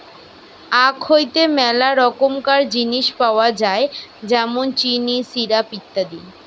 আখ হইতে মেলা রকমকার জিনিস পাওয় যায় যেমন চিনি, সিরাপ, ইত্যাদি